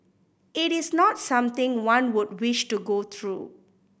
it is not something one would wish to go through